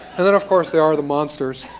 and then, of course, there are the monsters.